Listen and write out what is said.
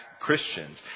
Christians